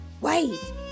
Wait